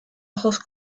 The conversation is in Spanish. ojos